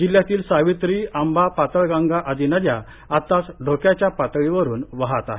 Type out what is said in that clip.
जिल्हयातील सावित्री आंबा पाताळगंगा आदी नद्या आताच धोक्याच्या पातळीवरून वाहत आहेत